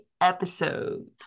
episode